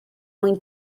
mwyn